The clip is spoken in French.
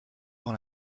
dans